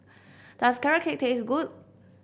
does Carrot Cake taste good